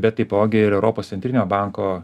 bet taipogi ir europos centrinio banko